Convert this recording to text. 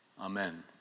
amen